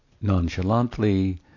nonchalantly